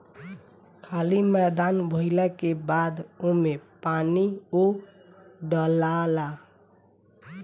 खाली मैदान भइला के बाद ओमे पानीओ डलाला